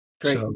Great